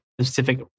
specific